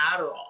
Adderall